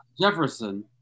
Jefferson